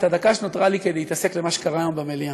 את הדקה שנותרה לי כדי להתעסק במה שקרה היום במליאה.